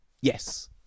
yes